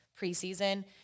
preseason